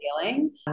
feeling